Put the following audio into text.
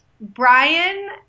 Brian